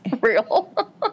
real